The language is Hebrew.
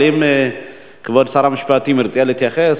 אבל אם כבוד שר המשפטים ירצה להתייחס,